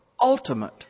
ultimate